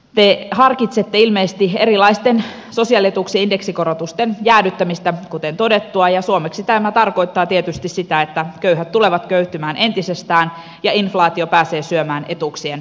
te harkitsette ilmeisesti erilaisten sosiaalietuuksien indeksikorotusten jäädyttämistä kuten todettua ja suomeksi tämä tarkoittaa tietysti sitä että köyhät tulevat köyhtymään entisestään ja inflaatio pääsee syömään etuuksien ostovoimaa